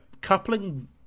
coupling